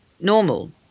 Normal